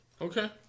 Okay